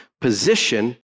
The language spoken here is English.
position